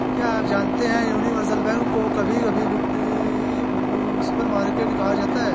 क्या आप जानते है यूनिवर्सल बैंक को कभी कभी वित्तीय सुपरमार्केट कहा जाता है?